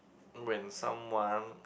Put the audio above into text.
when someone